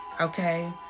okay